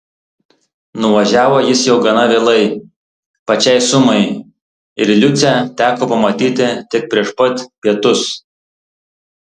nuvažiavo jis jau gana vėlai pačiai sumai ir liucę teko pamatyti tik prieš pat pietus